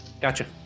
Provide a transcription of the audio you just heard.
Gotcha